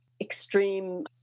extreme